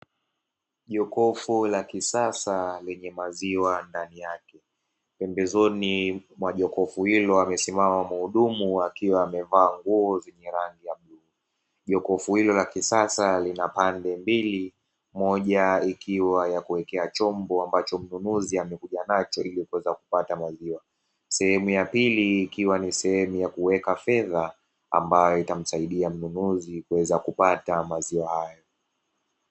Jokofu la kisasa lenye maziwa ndani yake pembezoni mwa jokofu hilo amesimama muhudumu akiwa amevaa nguo za rangi ya bluu, jokofu hilo la kisasa lina pande mbili moja ikiwa ya kuwekea chombo ambacho mnunuzi amekuja nacho ili kuweza kupata maziwa, sehemu ya pili ikiwa ni sehemu ya kuweka fedha ambayo itakayomsaidia mnunuzi kuweza kupata maziwa hayo.